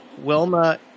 Wilma